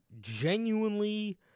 genuinely